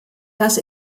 das